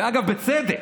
ואנחנו מתווכחים,